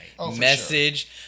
message